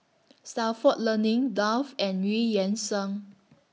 Stalford Learning Dove and EU Yan Sang